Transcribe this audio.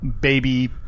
baby